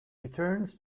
returns